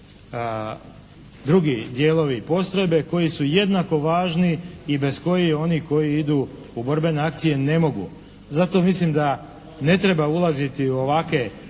drugi dijelovi postrojbe koji su jednako važni i bez kojih oni koji idu u borbene akcije ne mogu. Zato mislim da ne treba ulaziti u ovakve